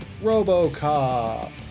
Robocop